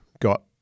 got